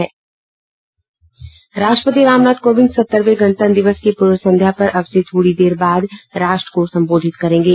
राष्ट्रपति रामनाथ कोविंद सत्तरवें गणतंत्र दिवस की पूर्व संध्या पर अब से थोड़ी देर बाद राष्ट्र को संबोधित करेंगे